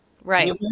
Right